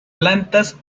plantas